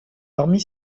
parmi